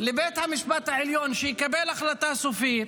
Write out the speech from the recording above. לבית המשפט העליון שיקבל החלטה סופית,